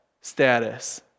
status